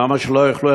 למה שלא יוכלו,